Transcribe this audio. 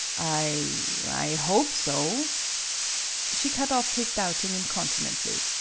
i i hope so she cut off his doubting incontinently.